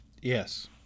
yes